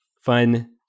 fun